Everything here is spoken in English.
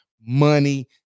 money